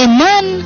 man